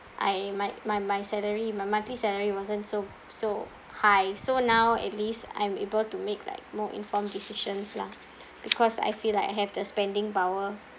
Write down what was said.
I my my my salary my monthly salary wasn't so so high so now at least I'm able to make like more informed decisions lah because I feel like I have the spending power